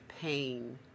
pain